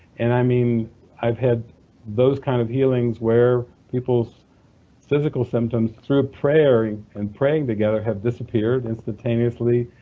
and i mean i've had those kinds of healing where people's physical symptoms, through prayer and praying together, have disappeared instantaneously,